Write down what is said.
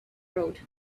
road